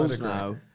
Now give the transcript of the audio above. now